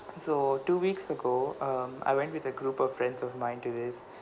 so two weeks ago um I went with a group of friends of mine to this